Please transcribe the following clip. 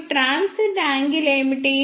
మరియు transit angle ఏమిటి